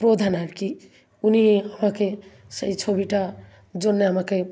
প্রধান আর কি উনি আমাকে সেই ছবিটার জন্য আমাকে